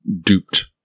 duped